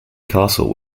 castle